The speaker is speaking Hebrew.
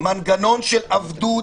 מנגנון של עבדות,